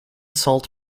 salt